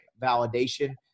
validation